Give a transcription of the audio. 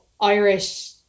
Irish